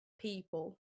people